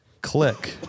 Click